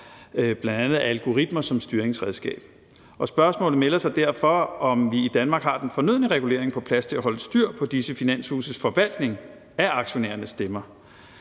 af bl.a. algoritmer som styringsredskab. Spørgsmålet melder sig derfor, om vi i Danmark har den fornødne regulering på plads til at holde styr på disse finanshuses forvaltning af aktionærernes stemmer.